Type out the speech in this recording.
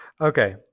Okay